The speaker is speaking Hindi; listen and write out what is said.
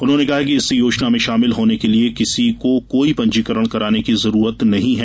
उन्होंने कहा कि इस योजना में शामिल होने के लिये किसी को कोई पंजीकरण कराने की जरूरत नही है